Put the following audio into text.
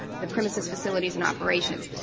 the premises, facilities and operations.